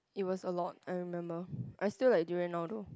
it was a lot I remember I still like durian now though